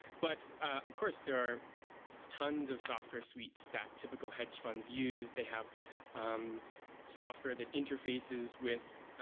but of course, there are tons of software suites that typical hedge fund use. they have um software that interfaces with